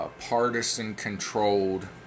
partisan-controlled